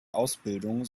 ausbildung